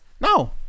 No